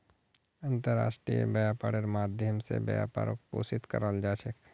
अन्तर्राष्ट्रीय व्यापारेर माध्यम स व्यापारक पोषित कराल जा छेक